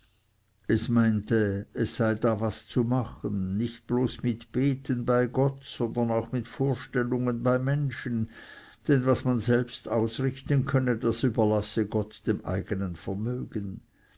es meinte es sei da was zu machen nicht bloß mit beten bei gott sondern auch mir vorstellungen bei menschen denn was man selbst ausrichten könne das überlasse gott dem eigenen vermögen